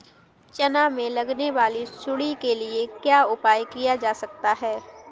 चना में लगने वाली सुंडी के लिए क्या उपाय किया जा सकता है?